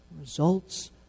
Results